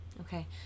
Okay